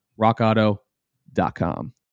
rockauto.com